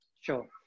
Sure